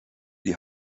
die